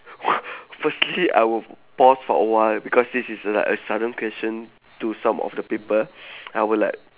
!wah! firstly I would pause for a while because this is uh like a sudden question to some of the people I will like